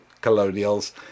colonials